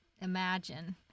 imagine